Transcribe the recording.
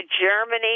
Germany